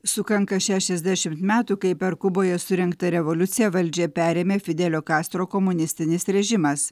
sukanka šešiasdešimt metų kai per kuboje surengtą revoliuciją valdžią perėmė fidelio kastro komunistinis režimas